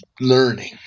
learning